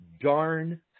darn